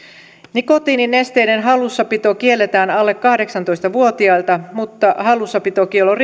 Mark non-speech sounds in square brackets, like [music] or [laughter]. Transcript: nikotiininesteiden hallussapito kielletään alle kahdeksantoista vuotiailta mutta hallussapitokiellon [unintelligible]